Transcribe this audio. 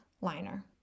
liner